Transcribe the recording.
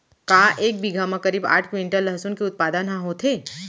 का एक बीघा म करीब आठ क्विंटल लहसुन के उत्पादन ह होथे?